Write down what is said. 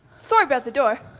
sorry about the door.